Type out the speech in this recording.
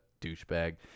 douchebag